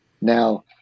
Now